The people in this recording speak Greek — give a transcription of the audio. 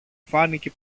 φάνηκε